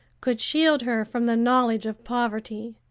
could shield her from the knowledge of poverty.